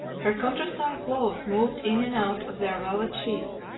her contractile claws moved in and out of their velvet sheaths,